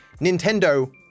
Nintendo